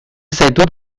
zaitut